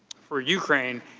for ukraine,